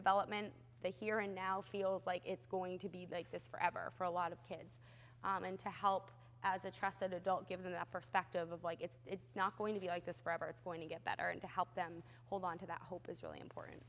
development the here and now feels like it's going to be like this forever for a lot of kids and to help as a trusted adult give them the perspective of like it's it's not going to be like this forever it's going to get better and to help them hold onto that hope is really important